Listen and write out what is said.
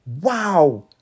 Wow